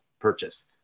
purchase